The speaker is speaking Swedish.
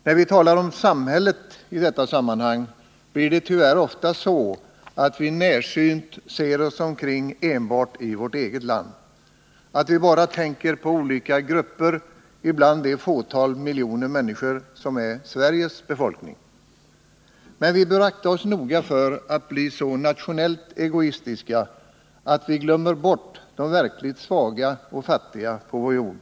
När vi talar om ”samhället” i detta sammanhang blir det tyvärr ofta så att vi närsynt ser oss omkring enbart i vårt eget land, att vi bara tänker på olika grupper bland det fåtal miljoner människor som är Sveriges befolkning. Men vi bör akta oss noga för att bli så nationellt egoistiska att vi glömmer bort de verkligt svaga och fattiga på vår jord.